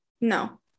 No